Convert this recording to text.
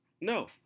No